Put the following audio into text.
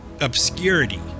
obscurity